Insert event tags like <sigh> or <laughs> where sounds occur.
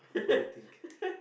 <laughs>